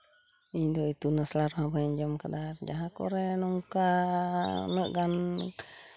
ᱤᱧᱫᱚ ᱤᱛᱩᱱ ᱟᱥᱲᱟ ᱨᱮᱦᱚᱸ ᱵᱟᱹᱧ ᱟᱸᱡᱚᱢ ᱠᱟᱫᱟ ᱟᱨ ᱡᱟᱦᱟᱸ ᱠᱚᱨᱮᱫ ᱱᱚᱝᱠᱟ ᱩᱱᱟᱹᱜ ᱜᱟᱱ